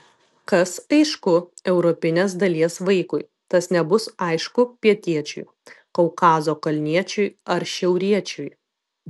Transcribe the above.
kas aišku europinės dalies vaikui tas nebus aišku pietiečiui kaukazo kalniečiui ar šiauriečiui